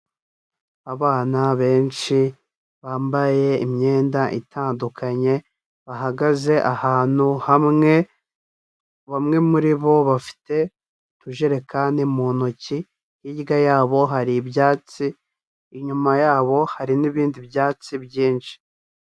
Abana benshi bambaye imyenda itandukanye, bahagaze ahantu hamwe, bamwe muri bo bafite utujerekani mu ntoki, hirya yabo hari ibyatsi, inyuma yabo hari n'ibindi byatsi byinshi.